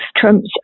Trump's